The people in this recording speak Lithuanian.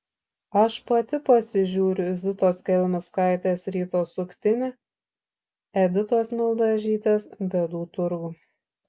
aš pati pasižiūriu zitos kelmickaitės ryto suktinį editos mildažytės bėdų turgų